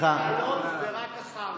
לעלות, ורק אחר כך.